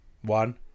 One